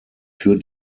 für